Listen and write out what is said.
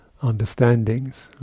understandings